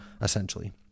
essentially